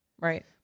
Right